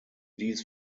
dies